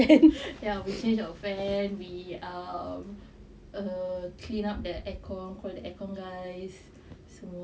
ya we changed our fan we um clean up the aircon call the air con guys so err